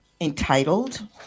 entitled